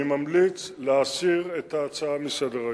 אני ממליץ להסיר את ההצעות מסדר-היום.